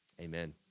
Amen